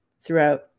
throughout